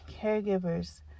caregivers